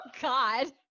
god